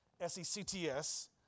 S-E-C-T-S